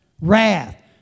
wrath